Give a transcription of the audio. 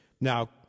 Now